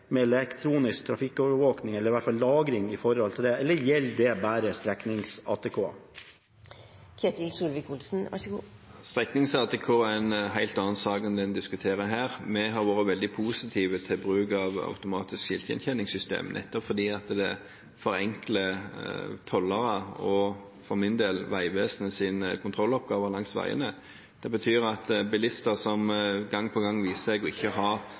med elektronisk trafikkovervåking, eller i hvert fall lagring, eller gjelder det bare streknings-ATK? Streknings-ATK er en helt annen sak enn det en diskuterer her. Vi har vært veldig positive til bruk av automatiske skiltgjenkjenningssystemer nettopp fordi det forenkler tollernes og, for min del, Vegvesenets kontrolloppgaver langs veiene. Det betyr at bilister som det gang på gang viser seg ikke